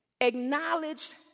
acknowledged